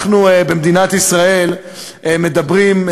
אנחנו במדינת ישראל מדברים,